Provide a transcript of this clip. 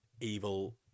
evil